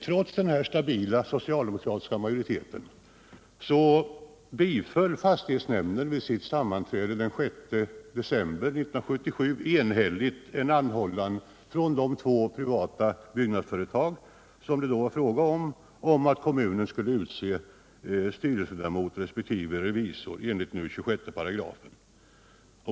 Trots denna stabila socialdemokratiska majoritet biföll fastighetsnämnden vid sammanträde den 6 december 1977 en anhållan från två privata bostadsföretag att kommunen skulle utse styrelseledamot och revisor enligt 26 §.